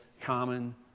common